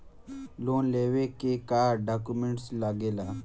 Loan लेवे के का डॉक्यूमेंट लागेला?